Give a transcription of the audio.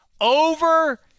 over